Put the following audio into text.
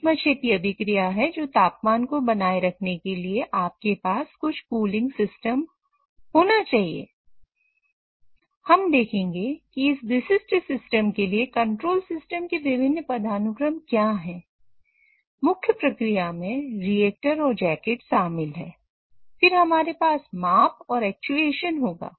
A↦ BC feed A feed valve होगा